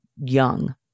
young